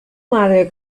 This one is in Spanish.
madre